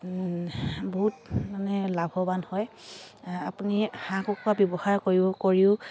বহুত মানে লাভৱান হয় আপুনি হাঁহ কুকুৰা কৰি কৰিও